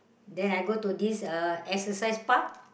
then I go to this uh exercise park